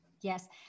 Yes